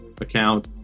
account